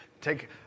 take